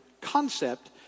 concept